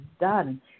done